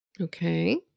Okay